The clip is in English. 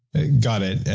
got it.